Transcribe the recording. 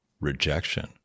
rejection